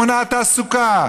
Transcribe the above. היא מונעת תעסוקה,